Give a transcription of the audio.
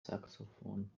saxophon